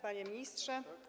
Panie Ministrze!